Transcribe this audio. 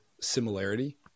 similarity